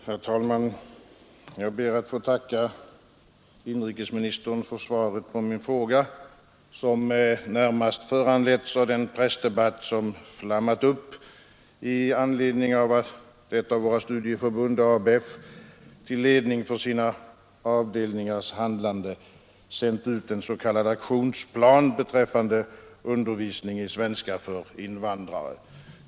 Herr talman! Jag ber att få tacka inrikesministern för svaret på min fråga, som närmast föranletts av den pressdebatt som flammat upp i anledning av att ett av våra studieförbund, ABF, till ledning för sina avdelningars handlande sänt ut en s.k. aktionsplan beträffande undervisning i svenska för invandrare.